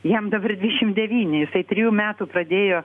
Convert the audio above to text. jam dabar dvišim devyni jisai trijų metų pradėjo